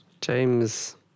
James